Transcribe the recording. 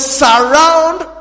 surround